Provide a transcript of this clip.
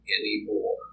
anymore